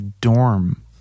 dorm